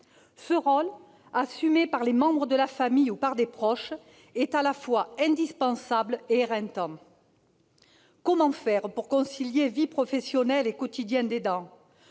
Ce rôle, assumé par les membres de la famille ou par des proches, est à la fois indispensable et éreintant. Comment concilier la vie professionnelle et le quotidien d'aidant ?